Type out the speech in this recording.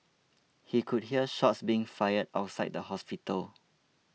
he could hear shots being fired outside the hospital